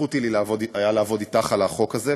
זכות הייתה לי לעבוד אתך על החוק הזה,